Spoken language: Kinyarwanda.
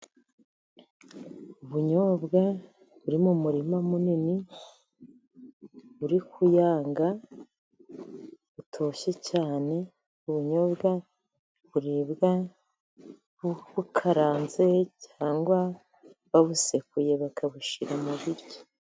Ubunyobwa buri mu murima munini, buri kuyanga, butoshye cyane. Ubunyobwa buribwa bukaranze, cyangwa babusekuye bakabushyira mu biryo.